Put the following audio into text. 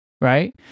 right